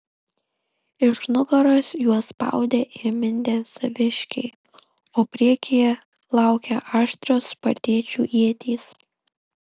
iš nugaros juos spaudė ir mindė saviškiai o priekyje laukė aštrios spartiečių ietys